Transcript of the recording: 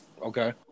Okay